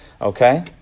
okay